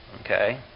Okay